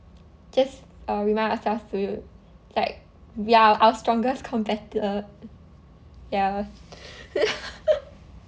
just uh remind ourselves to like we are our strongest competitor ya